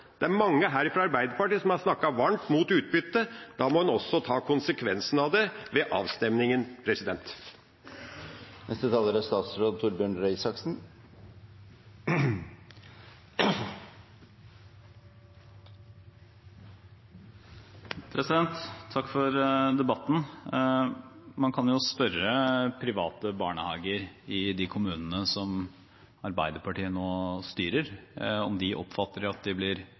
Det er mange her fra Arbeiderpartiet som har snakket varmt mot utbytte. Da må en også ta konsekvensen av det ved avstemningen. Takk for debatten. Man kan jo spørre private barnehager i de kommunene som Arbeiderpartiet nå styrer, om de oppfatter at de blir